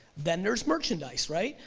vendors merchandise, right,